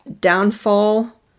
downfall